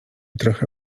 trochę